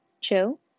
Chill